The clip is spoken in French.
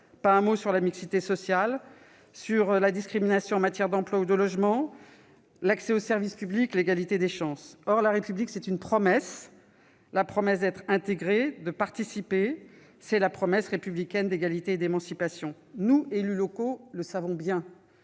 pas un mot sur la mixité sociale, sur la discrimination en matière d'emploi ou de logement, sur l'accès aux services publics ou encore sur l'égalité des chances. Or la République est une promesse : la promesse d'être intégré, de participer. C'est la promesse républicaine d'égalité et d'émancipation. Les élus locaux que nous